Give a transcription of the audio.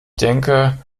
denke